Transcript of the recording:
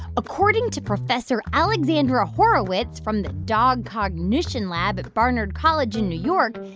according to professor alexandra horowitz from the dog cognition lab at the barnard college in new york,